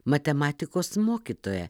matematikos mokytoja